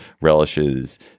relishes